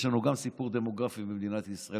יש לנו גם סיפור דמוגרפי במדינת ישראל.